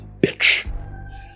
bitch